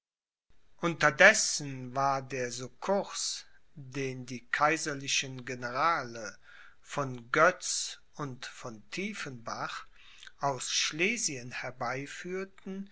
unterdessen war der succurs den die kaiserlichen generale von götz und von tiefenbach aus schlesien